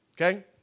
okay